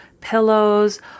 pillows